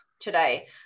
today